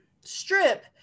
STRIP